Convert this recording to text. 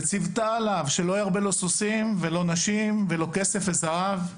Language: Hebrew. ציוותה עליו שלא ירבה לו סוסים ולא נשים ולא כסף וזהב,